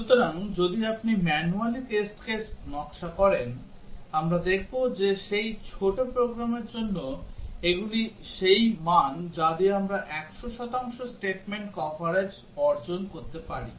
সুতরাং যদি আপনি ম্যানুয়ালি টেস্ট কেস নকশা করেন আমরা দেখব যে সেই ছোট প্রোগ্রামের জন্য এগুলি সেই মান যা দিয়ে আমরা 100 শতাংশ statement কভারেজ অর্জন করতে পারি